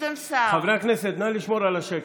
חברי הכנסת, נא לשמור על השקט.